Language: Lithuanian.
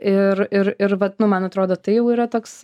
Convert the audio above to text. ir ir ir vat nu man atrodo tai jau yra toks